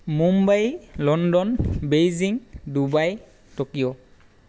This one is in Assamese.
Mumbai London Beijing Dubai Tokyo